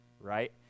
Right